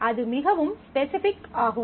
ஆனால் அது மிகவும் ஸ்பெசிபிக் ஆகும்